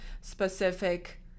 specific